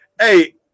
Hey